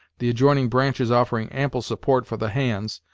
the adjoining branches offering ample support for the hands,